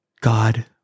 God